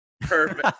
perfect